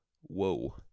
whoa